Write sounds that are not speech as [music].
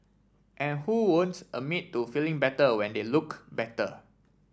and who [unintelligible] admit to feeling better when they look better